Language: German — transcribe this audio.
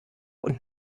und